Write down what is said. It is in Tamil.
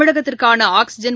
தமிழகத்திற்கானஆக்சிஜன்